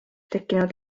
tekkinud